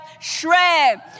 shred